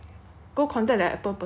go contact the Apple person lah